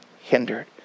hindered